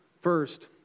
First